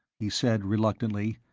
he said reluctantly,